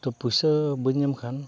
ᱛᱚ ᱯᱩᱭᱥᱟᱹ ᱵᱟᱹᱧ ᱧᱟᱢ ᱠᱷᱟᱱ